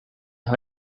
her